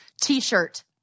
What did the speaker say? T-shirt